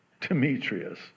Demetrius